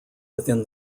within